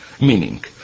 meaning